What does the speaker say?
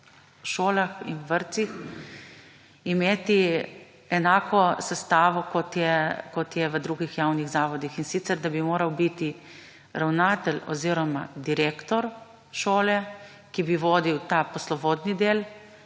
šolah in vrtcih imeti enako sestavo kot je v drugih javnih zavodih, in sicer da bi moral biti ravnatelj oziroma direktor šole, ki bi vodil ta poslovodni del